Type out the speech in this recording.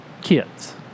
kids